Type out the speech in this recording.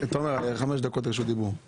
תומר, חמש דקות רשות דיבור.